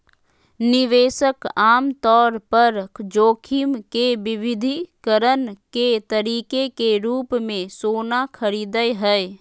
निवेशक आमतौर पर जोखिम के विविधीकरण के तरीके के रूप मे सोना खरीदय हय